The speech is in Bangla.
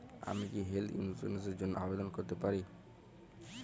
আমি কি হেল্থ ইন্সুরেন্স র জন্য আবেদন করতে পারি?